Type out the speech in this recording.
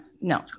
no